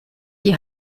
die